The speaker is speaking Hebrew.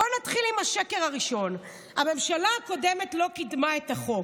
בואו נתחיל עם השקר הראשון: הממשלה הקודמת לא קידמה את החוק.